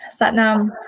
Satnam